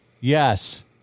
Yes